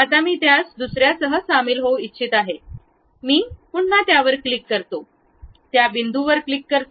आता मी त्यास दुसर्यासह सामील होऊ इच्छित आहे मी पुन्हा त्यावर क्लिक करते त्या बिंदूवर क्लिक करते